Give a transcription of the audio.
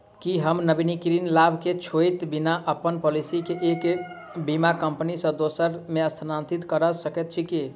की हम नवीनीकरण लाभ केँ छोड़इत बिना अप्पन पॉलिसी केँ एक बीमा कंपनी सँ दोसर मे स्थानांतरित कऽ सकैत छी की?